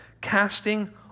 Casting